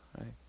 right